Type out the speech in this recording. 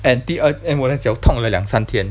and 第二 and 我的脚痛了两三天